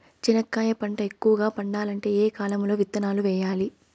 చెనక్కాయ పంట ఎక్కువగా పండాలంటే ఏ కాలము లో విత్తనాలు వేయాలి?